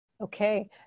Okay